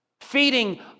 feeding